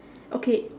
okay